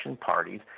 parties